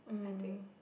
I think